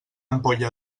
ampolla